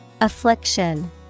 affliction